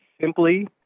simply